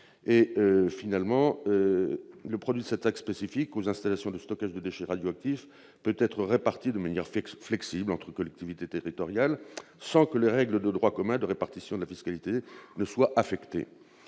levier. Le produit de cette taxe spécifique aux installations de stockage de déchets radioactifs peut être réparti de manière flexible entre les collectivités territoriales, sans que les règles de droit commun de répartition de la fiscalité directe